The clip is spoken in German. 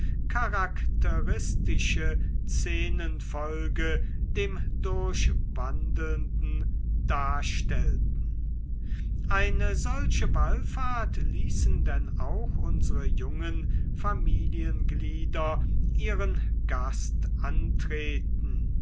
charakteristische szenenfolge dem durchwandelnden darstellten eine solche wallfahrt ließen denn auch unsere jungen familienglieder ihren gast antreten